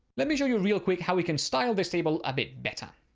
let me show you real quick, how we can style this table a bit better.